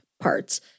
parts